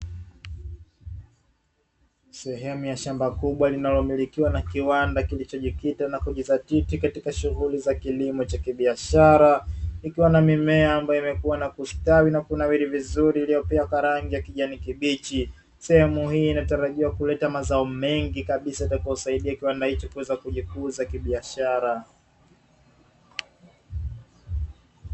Sehemu ya shamba kubwa linalomilikiwa na kiwanda kinachojikita na kujizatiti katika shughuli za kilimo cha kibiashara, kikiwa na mimea ambayo imekuwa na kustawi na kunawili vizuri iliyopea kwa rangi ya kijani kibichi, sehemu hii inatarajiwa kuleta mazao mengi kabisa yatakayowasaidia kiwanda hicho kuweza kujikuza kibiashara.